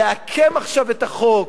לעקם עכשיו את החוק,